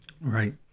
right